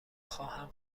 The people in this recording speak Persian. خواهم